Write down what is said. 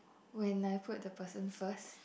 when I put the person first